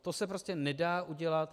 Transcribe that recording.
To se prostě nedá udělat.